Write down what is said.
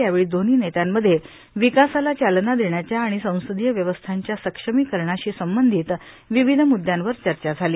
यावेळी दोव्ही नेत्यांमध्ये विकासाला चालना देण्याच्या आणि संसदीय व्यवस्थांच्या सक्षमीकरणाशी संबंधित विविध म्रद्यांवर चर्चा झाली